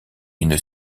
une